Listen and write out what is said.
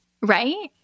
Right